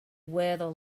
weather